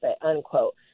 unquote